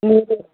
మీకు